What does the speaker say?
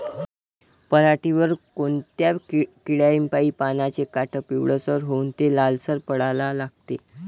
पऱ्हाटीवर कोनत्या किड्यापाई पानाचे काठं पिवळसर होऊन ते लालसर पडाले लागते?